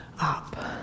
up